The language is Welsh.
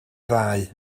ddau